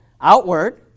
outward